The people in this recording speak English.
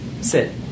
Sit